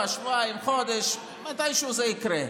שבוע-שבועיים-חודש, מתישהו זה יקרה.